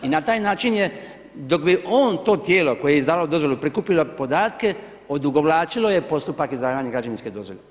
I na taj način je dok bi on to tijelo koje je izdavalo dozvolu prikupilo podatke odugovlačilo je postupak izdavanja građevinske dozvole.